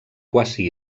quasi